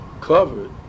covered